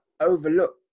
overlook